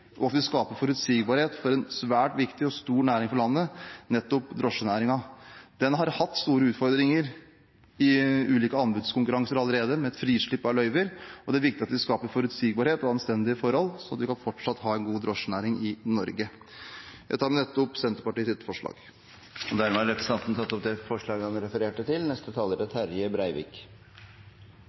og at vi skaper forutsigbarhet for nettopp en svært viktig og stor næring for landet: drosjenæringen. Den har hatt store utfordringer i ulike anbudskonkurranser allerede med et frislipp av løyver, og det er viktig at vi skaper forutsigbarhet og anstendige forhold, slik at vi fortsatt kan ha en god drosjenæring i Norge. Jeg tar med dette opp Senterpartiets forslag. Representanten Trygve Slagsvold Vedum har tatt opp det forslaget han har refererte. Det er bra at Stortinget er så positiv til delingsøkonomien. Så er